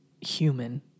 human